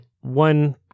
one